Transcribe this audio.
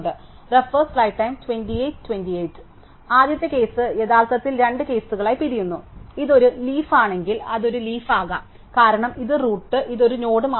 അതിനാൽ ആദ്യത്തെ കേസ് യഥാർത്ഥത്തിൽ രണ്ട് കേസുകളായി പിരിയുന്നു ഇത് ഒരു ലീഫ് ആണെങ്കിൽ അത് ഒരു ലീഫ് ആകാം കാരണം ഇത് റൂട്ട് ഇത് ഒരു നോഡ് മാത്രമാണ്